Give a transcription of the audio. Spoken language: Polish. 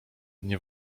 nie